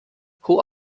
who